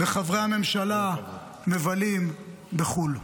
וחברי הממשלה מבלים בחו"ל.